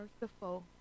merciful